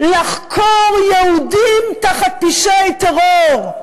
לחקור יהודים תחת פשעי טרור?